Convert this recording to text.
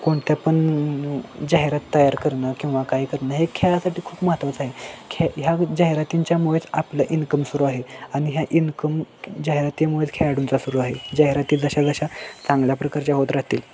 कोणत्या पण जाहिरात तयार करणं किंवा काय करणं हे खेळासाठी खूप महत्त्वाचं आहे खेळ ह्या जाहिरातींच्यामुळेच आपलं इन्कम सुरू आहे आणि ह्या इन्कम जाहिरातीमुळे खेळाडूचा सुरू आहे जाहिरातील जशाजशा चांगल्या प्रकारच्या होत राहतील